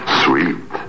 sweet